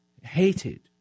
hated